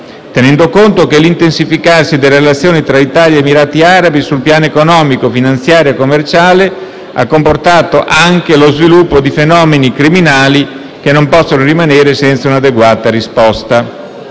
tenendo conto che l'intensificarsi delle relazioni tra Italia e Emirati Arabi sul piano economico, finanziario e commerciale ha comportato anche lo sviluppo di fenomeni criminali che non possono rimanere senza un'adeguata risposta.